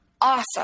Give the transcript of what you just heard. Awesome